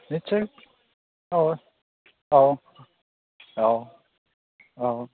निदसय औ औ औ औ